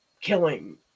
killing